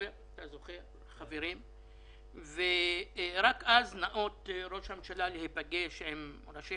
רק אז נאות ראש הממשלה להיפגש עם ראשי